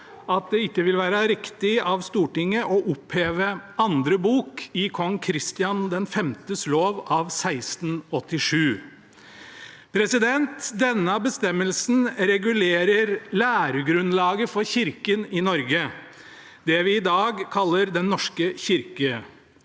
at det ikke vil være riktig av Stortinget å oppheve andre bok i Kong Christian Den Femtis Norske Lov av 1687. Denne bestemmelsen regulerer læregrunnlaget for kirken i Norge, det vi i dag kaller Den norske kirke.